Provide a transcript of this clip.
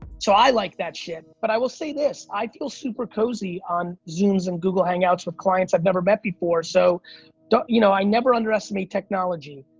so i like that shit. but i will say this. i feel super cozy on zooms and google hangouts with clients i've never met before. so you know i never underestimate technology.